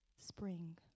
spring